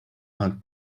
while